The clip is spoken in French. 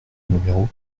numéro